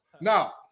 Now